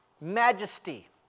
majesty